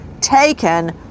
taken